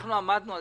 אנחנו עמדנו על